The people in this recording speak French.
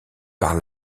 par